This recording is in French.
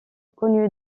connu